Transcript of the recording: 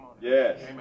Yes